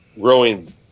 growing